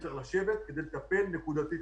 צריך לשבת כדי לטפל נקודתית.